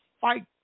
fight